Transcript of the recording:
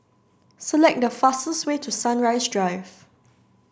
select the fastest way to Sunrise Drive